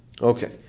Okay